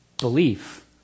belief